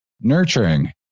nurturing